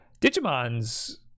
Digimon's